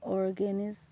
organics